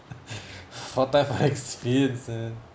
four times experience ah